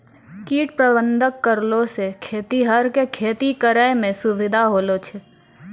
कीट प्रबंधक करलो से खेतीहर के खेती करै मे सुविधा होलो छै